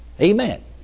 Amen